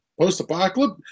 post-apocalypse